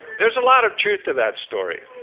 there's a lot of truth to that story,